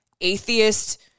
atheist